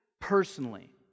personally